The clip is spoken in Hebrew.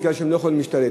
מפני שהם לא יכולים להשתלט.